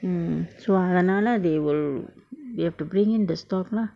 mm so அதனால:athanala they will they have to bring in the stock lah